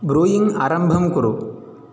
brewing आरम्भं कुरु